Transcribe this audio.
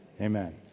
Amen